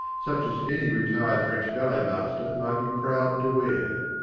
such as any retired french ballet master might be proud to wear.